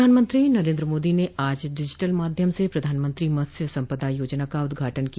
प्रधानमंत्री नरेन्द्र मोदी ने आज डिजिटल माध्यम से प्रधानमंत्री मत्स्य संपदा योजना का उद्घाटन किया